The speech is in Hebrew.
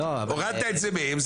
הורדת את זה מהם,